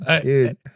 Dude